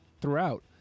throughout